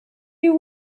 you